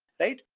right?